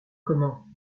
comment